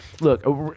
look